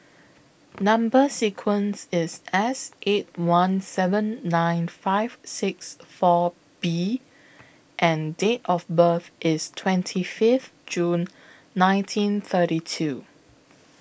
Number sequence IS S eight one seven nine five six four B and Date of birth IS twenty Fifth June nineteen thirty two